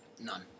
None